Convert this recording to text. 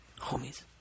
homies